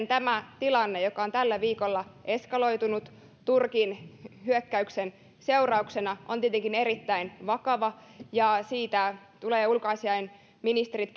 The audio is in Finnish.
tämä tilanne joka on tällä viikolla eskaloitunut turkin hyökkäyksen seurauksena on tietenkin erittäin vakava ja siitä tulevat ulkoasiainministerit